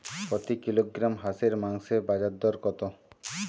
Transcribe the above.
প্রতি কিলোগ্রাম হাঁসের মাংসের বাজার দর কত?